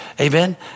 Amen